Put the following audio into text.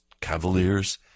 cavaliers